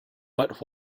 but